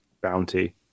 bounty